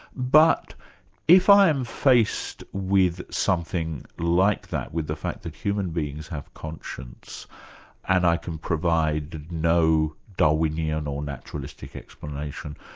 but if i am faced with something like that, with the fact that human beings have conscience and i can provide no darwinian or naturalistic explanation,